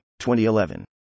2011